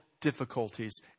difficulties